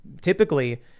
Typically